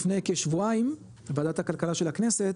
לפני כשבועיים ועדת הכלכלה של הכנסת